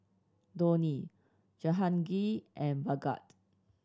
Dhoni Jehangirr and Bhagat